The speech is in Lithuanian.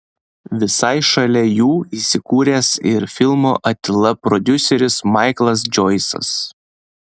visai šalia jų įsikūręs ir filmo atila prodiuseris maiklas džoisas